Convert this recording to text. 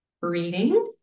reading